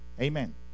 Amen